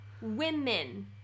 Women